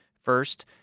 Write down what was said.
First